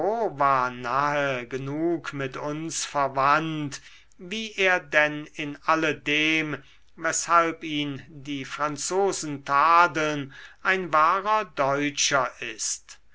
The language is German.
genug mit uns verwandt wie er denn in alle dem weshalb ihn die franzosen tadeln ein wahrer deutscher ist